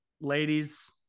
ladies